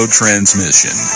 transmission